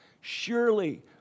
Surely